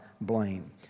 blame